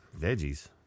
Veggies